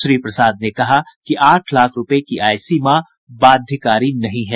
श्री प्रसाद ने कहा कि आठ लाख रूपये की आय सीमा बाध्यकारी नहीं है